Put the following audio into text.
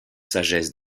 sagesse